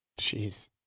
Jeez